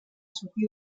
sortir